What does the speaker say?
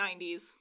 90s